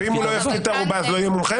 ואם הוא לא יפקיד את הערובה אז לא יהיה מומחה?